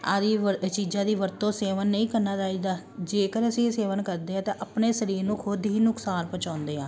ਆਦਿ ਵਰ ਅ ਚੀਜ਼ਾਂ ਦੀ ਵਰਤੋਂ ਸੇਵਨ ਨਹੀਂ ਕਰਨਾ ਚਾਹੀਦਾ ਜੇਕਰ ਅਸੀਂ ਸੇਵਨ ਕਰਦੇ ਹਾਂ ਤਾਂ ਆਪਣੇ ਸਰੀਰ ਨੂੰ ਖੁਦ ਹੀ ਨੁਕਸਾਨ ਪਹੁੰਚਾਉਂਦੇ ਹਾਂ